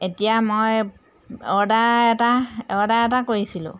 এতিয়া মই অৰ্ডাৰ এটা অৰ্ডাৰ এটা কৰিছিলোঁ